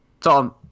Tom